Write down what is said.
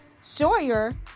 Sawyer